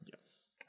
Yes